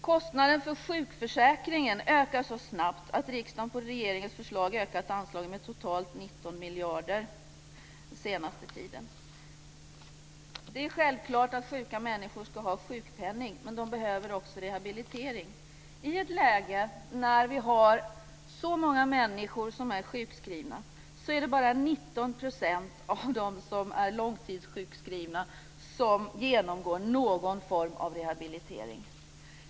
Kostnaden för sjukförsäkringen ökar så snabbt att riksdagen på regeringens förslag ökat anslagen med totalt 19 miljarder kronor under den senaste tiden. Det är självklart att sjuka människor ska ha sjukpenning, men de behöver också rehabilitering. I ett läge när vi har så många människor som är sjukskrivna är det bara 19 % av de långtidssjukskrivna som genomgår någon form av rehabilitering.